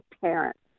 parents